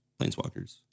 planeswalkers